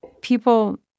People